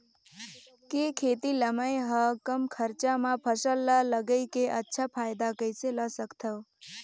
के खेती ला मै ह कम खरचा मा फसल ला लगई के अच्छा फायदा कइसे ला सकथव?